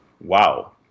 Wow